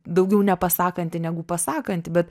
daugiau nepasakanti negu pasakanti bet